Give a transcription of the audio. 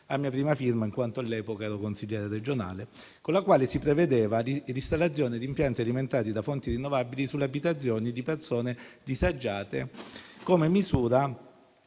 mia prima firma - all'epoca ero consigliere regionale - con la quale si prevedeva l'installazione di impianti alimentati da fonti rinnovabili sulle abitazioni di persone disagiate come misura